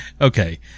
okay